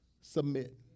submit